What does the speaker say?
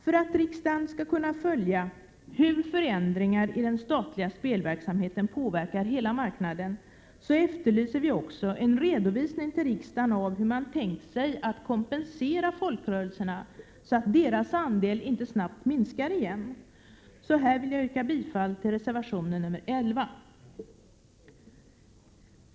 För att riksdagen skall kunna följa hur förändringar i den statliga spelverksamheten påverkar hela marknaden efterlyser vi också en redovisning till riksdagen av hur man har tänkt sig att kompensera folkrörelserna, så att deras andel inte snabbt minskar igen. Här vill jag yrka bifall till reservation 11.